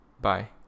Bye